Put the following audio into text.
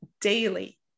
daily